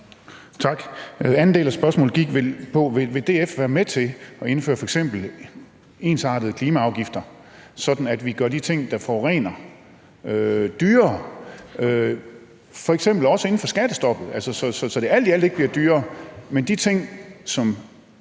Tak. Den anden del af spørgsmålet gik på, om DF vil være med til f.eks. at indføre ensartede klimaafgifter, så vi gør de ting, der forurener, dyrere. Det kunne f.eks. også være inden for skattestoppet, så det alt i alt ikke bliver dyrere, men så de ting, der